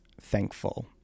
Thankful